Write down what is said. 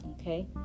okay